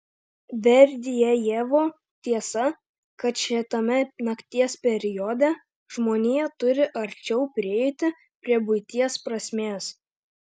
berdiajevo tiesa kad šitame nakties periode žmonija turi arčiau prieiti prie buities prasmės